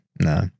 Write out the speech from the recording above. no